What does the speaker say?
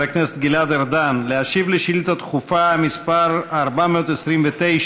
הכנסת גלעד ארדן להשיב על שאילתה דחופה מס' 429,